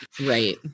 right